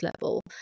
level